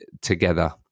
together